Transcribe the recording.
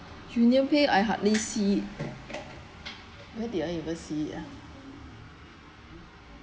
union pay I hardly see where did I ever see it ah